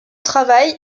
travail